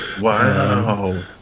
wow